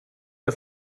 der